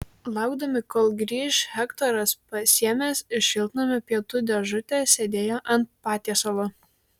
laukdami kol grįš hektoras pasiėmęs iš šiltnamio pietų dėžutę sėdėjo ant patiesalo